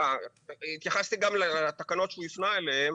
התייחסתי גם לתקנות שהוא הפנה אליהם,